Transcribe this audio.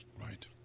Right